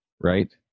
Right